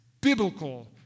biblical